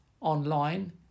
online